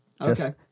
Okay